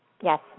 Yes